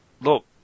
look